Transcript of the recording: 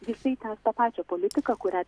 jisai tęs tą pačią politiką kurią